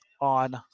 on